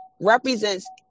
represents